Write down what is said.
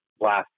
last